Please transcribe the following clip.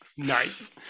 Nice